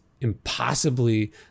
impossibly